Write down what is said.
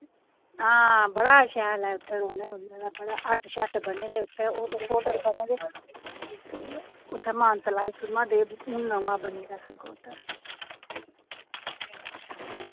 हां बड़ा शैल ऐ उत्थै रौह्ने रुह्ने दा बड़ा हट शट बने दे उत्थै होटल शोटल बने दे ते उत्थै मानतलाई सुधमहादेव हून नमां बनी दा सब उद्धर